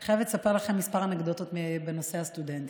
אני חייבת לספר לכם כמה אנקדוטות בנושא הסטודנטים.